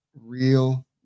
Real